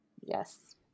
Yes